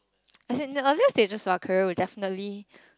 as in the earlier stages of our career will definitely